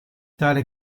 tale